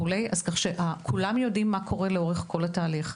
כך שכולם יודעים מה קורה לאורך כל התהליך.